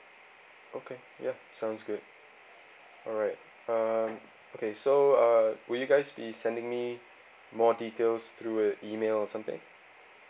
okay ya sounds good alright um okay so uh would you guys be sending me more details through a email or something